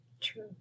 True